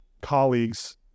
colleagues